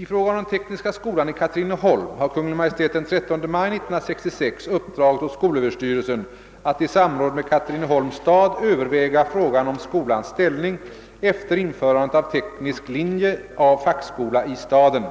I fråga om den tekniska skolan i Katrineholm har Kungl. Maj:t den 13 maj 1966 uppdragit åt skolöverstyrelsen att i samråde med Katrineholms stad överväga frågan om skolans ställning efter införandet av teknisk linje av fackskola i staden,